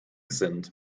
sind